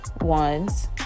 ones